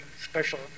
special